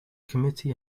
committee